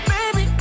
Baby